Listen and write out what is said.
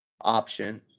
option